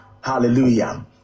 Hallelujah